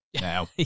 now